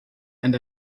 and